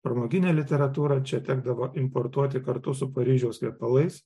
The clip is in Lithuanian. pramoginę literatūrą čia tekdavo importuoti kartu su paryžiaus kvepalais